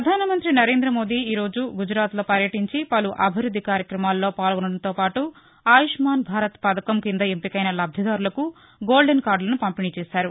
ప్రధానమంత్రి నరేందమోదీ ఈ రోజు గుజరాత్లో పర్యటించి పలు అభివృద్ది కార్యక్రమాల్లో పాల్గొనడంతో పాటు ఆయుష్మాన్ భారత్ పథకం కింద ఎంపికైన లబ్లిదారులకు గోల్డెన్ కార్డులను పంపిణీ చేశారు